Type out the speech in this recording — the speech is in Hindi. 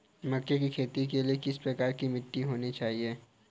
मक्के की खेती के लिए किस प्रकार की मिट्टी होनी चाहिए?